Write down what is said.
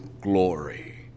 glory